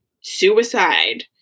suicide